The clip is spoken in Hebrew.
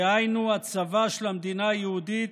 דהיינו הצבא של המדינה היהודית,